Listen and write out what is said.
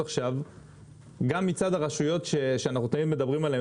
גם מצד הרשויות שאנחנו תמיד מדברים עליהן,